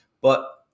But-